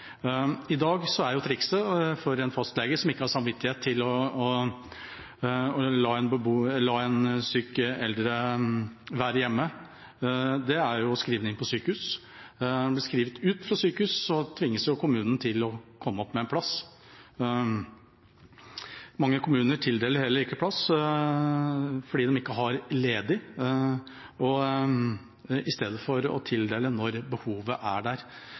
I dag er trikset for en fastlege som ikke har samvittighet til å la en syk eldre person være hjemme, å skrive vedkommende inn på sykehus. Når en blir skrevet ut fra sykehus, tvinges jo kommunen til å komme opp med en plass. Mange kommuner tildeler heller ikke plass, fordi de ikke har noen ledig, istedenfor å tildele når behovet er der.